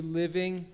living